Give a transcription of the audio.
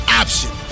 option